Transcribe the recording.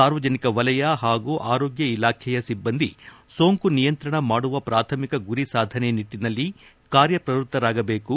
ಸಾರ್ವಜನಿಕ ವಲಯ ಹಾಗೂ ಆರೋಗ್ಯ ಇಲಾಖೆಯ ಸಿಬ್ಬಂದಿ ಸೋಂಕು ನಿಯಂತ್ರಣ ಮಾಡುವ ಪ್ರಾಥಮಿಕ ಗುರಿ ಸಾಧನೆ ನಿಟ್ಟನಲ್ಲಿ ಕಾರ್ಯಶ್ರವೃತ್ತರಾಗಬೇಕು